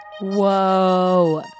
Whoa